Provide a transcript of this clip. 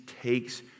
takes